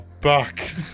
back